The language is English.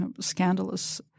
scandalous